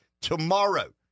tomorrow